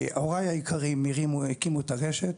הוריי היקרים הקימו-הרימו את הרשת,